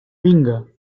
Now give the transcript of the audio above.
vinga